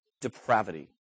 depravity